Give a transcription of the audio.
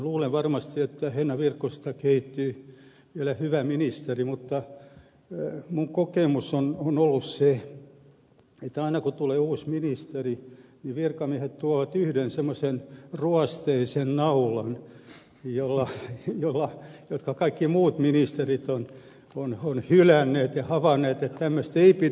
minä luulen että ministeri henna virkkusesta varmasti kehittyy vielä hyvä ministeri mutta minun kokemukseni on ollut se että aina kun tulee uusi ministeri virkamiehet tuovat yhden semmoisen ruosteisen naulan jonka kaikki muut ministerit ovat hylänneet ja josta he ovat havainneet että tämmöistä ei pidä esittää